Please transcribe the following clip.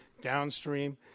downstream